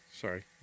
sorry